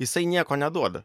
jisai nieko neduoda